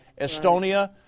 Estonia